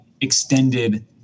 extended